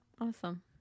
awesome